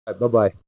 Bye-bye